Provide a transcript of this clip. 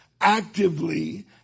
actively